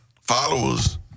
followers